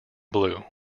blue